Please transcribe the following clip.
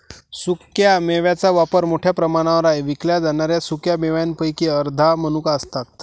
सुक्या मेव्यांचा वापर मोठ्या प्रमाणावर आहे विकल्या जाणाऱ्या सुका मेव्यांपैकी अर्ध्या मनुका असतात